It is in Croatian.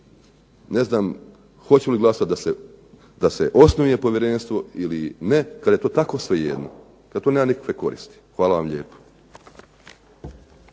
ne znam hoću li glasati da se osnuje povjerenstvo ili ne kada je to tako svejedno, kada to nema nikakve koristi. Hvala vam lijepa.